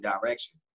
direction